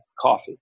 coffee